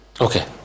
okay